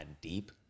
deep